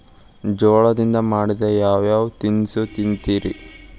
ಜೋಳದಿಂದ ಮಾಡಿದ ಯಾವ್ ಯಾವ್ ತಿನಸು ತಿಂತಿರಿ?